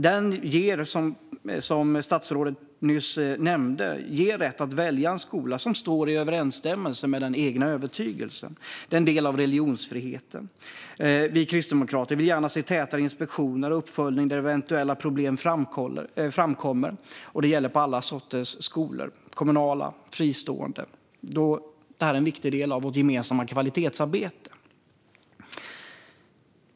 Den ger, som statsrådet nyss nämnde, rätt att välja en skola som står i överensstämmelse med den egna övertygelsen. Det är en del av religionsfriheten. Vi kristdemokrater vill gärna se tätare inspektioner och uppföljning där eventuella problem framkommer. Det gäller på alla sorters skolor, kommunala som fristående. Det är en viktig del i vårt gemensamma kvalitetsarbete.